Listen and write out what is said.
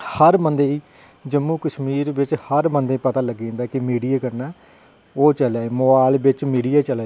हर बंदे ई जम्मू कशमीर च हर बंदे ई पता लग्गी जंदा की मीडिया कन्नै कि ओह् चला दी मोबाईल कन्नै